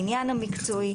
העניין המקצועי,